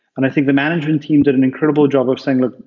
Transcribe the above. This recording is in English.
and i think the management team did an incredible job of saying, like